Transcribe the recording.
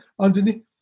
underneath